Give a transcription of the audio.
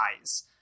eyes